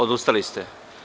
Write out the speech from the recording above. Odustali ste.